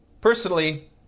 Personally